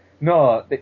no